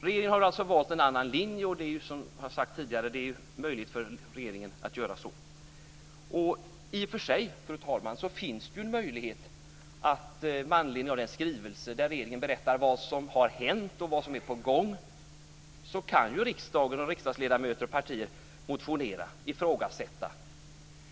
Regeringen har alltså valt en annan linje, och det är möjligt för regeringen att göra så, som har sagts tidigare. I och för sig, fru talman, finns det ju, med anledning av den skrivelse där regeringen berättar vad som har hänt och vad som är på gång, möjlighet för riksdagsledamöter och partier att motionera och ifrågasätta.